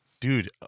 dude